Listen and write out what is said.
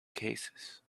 cases